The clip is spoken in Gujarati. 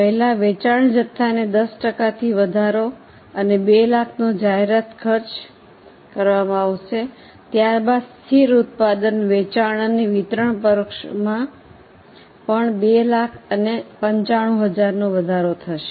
પહેલા વેચાણ જથ્થાને 10 ટકાથી વધારો અને 200000 નો જાહેરાત ખર્ચ કરવામાં આવશે ત્યારબાદ સ્થિર ઉત્પાદન વેચાણ અને વિતરણ પરોક્ષમાં પણ 200000 અને 95000 નો વધારો થશે